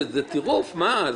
טירוף.